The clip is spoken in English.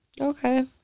Okay